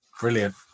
Brilliant